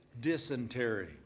dysentery